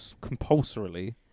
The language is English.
compulsorily